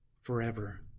forever